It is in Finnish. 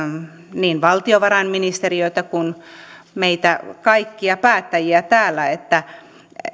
niin valtiovarainministeriötä kuin myös meitä kaikkia päättäjiä täällä että